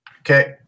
Okay